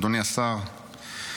אדוני השר --- השרים.